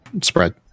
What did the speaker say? spread